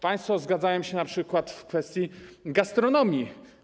Państwo zgadzają się np. w kwestii gastronomii.